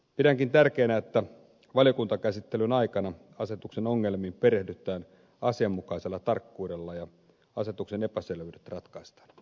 pidänkin tärkeänä että valiokuntakäsittelyn aikana asetuksen ongelmiin perehdytään asianmukaisella tarkkuudella ja asetuksen epäselvyydet ratkaistaan